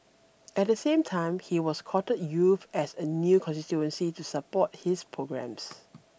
at the same time he was courted youth as a new constituency to support his programmes